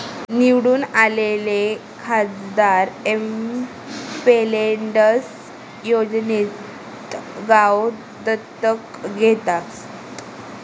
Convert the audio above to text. निवडून आलेले खासदार एमपिलेड्स योजनेत गाव दत्तक घेतात